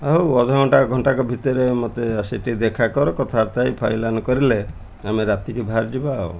ହଉ ଅଧଘଣ୍ଟା ଘଣ୍ଟାକ ଭିତରେ ମତେ ସେଠି ଦେଖା କର କଥାବାର୍ତ୍ତା ଫାଇନାଲ୍ କରିଲେ ଆମେ ରାତିକି ବାହାର ଯିବା ଆଉ